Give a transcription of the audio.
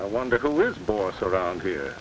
i wonder who is boss around here